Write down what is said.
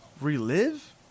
relive